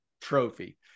Trophy